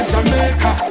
Jamaica